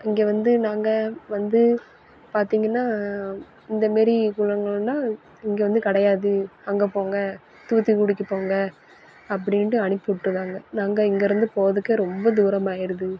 இங்கே வந்து நாங்கள் வந்து பார்த்தீங்கன்னா இந்தமாரி குணங்கள்னா இங்கே வந்து கிடையாது அங்கே போங்க தூத்துக்குடிக்கு போங்க அப்படின்ட்டு அனுப்பிவிட்ருறாங்க நாங்கள் இங்கே இருந்து போகிறதுக்கே ரொம்ப தூரமாகிடுது